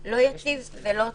לא יציב ולא טוב.